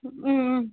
ம் ம்